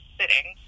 sitting